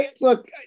look